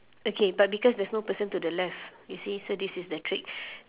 okay but because there's no person to the left you see so this is the trick